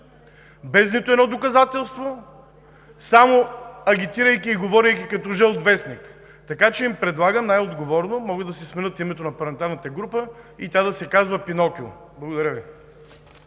без нито едно доказателство, само агитирайки и говорейки като жълт вестник! Така че им предлагам най-отговорно – могат да си сменят името на парламентарната група и тя да се казва „Пинокио“. Благодаря Ви.